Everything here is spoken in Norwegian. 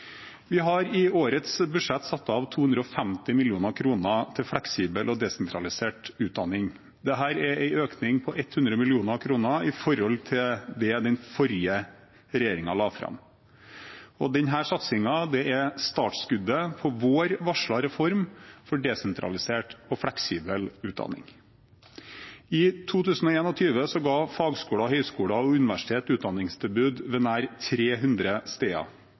Vi har i årets budsjett satt av 250 mill. kr til fleksibel og desentralisert utdanning. Dette er en økning på 100 mill. kr i forhold til det den forrige regjeringen la fram. Denne satsingen er startskuddet for vår varslede reform for desentralisert og fleksibel utdanning. I 2021 ga fagskoler, høyskoler og universiteter utdanningstilbud ved nær 300 steder.